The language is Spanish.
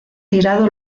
tirado